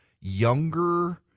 younger